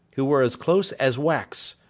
who were as close as wax.